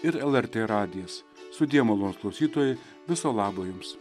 ir lrt radijas sudie malonūs klausytojai viso labo jums